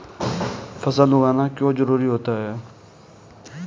फसल उगाना क्यों जरूरी होता है?